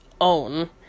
own